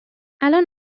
الان